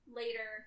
later